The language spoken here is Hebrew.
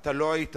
לא יצאתי מהמליאה.